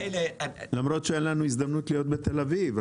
למרות שאין לנו הזדמנות להיות בתל אביב,